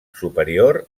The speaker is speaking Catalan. superior